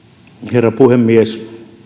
herra puhemies